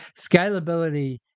scalability